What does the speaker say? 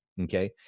Okay